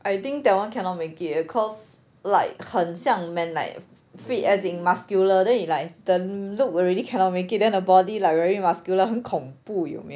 I think that [one] cannot make it cause like 很像 men fit as in muscular then you like then look already cannot make it then the body like muscular 很恐怖有没有 I feel